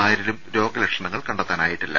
ആരിലും രോഗലക്ഷണങ്ങൾ കണ്ടെത്താനായിട്ടില്ല